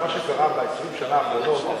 מה שקרה ב-20 השנה האחרונות,